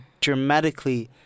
dramatically